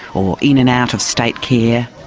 or in and out of state care.